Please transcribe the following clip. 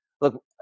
look